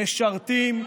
משרתים,